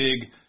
big